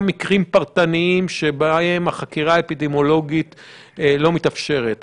מקרים פרטניים שבהם החקירה האפידמיולוגית לא מתאפשרת.